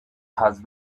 has